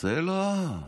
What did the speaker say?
זה לא.